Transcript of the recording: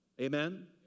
Amen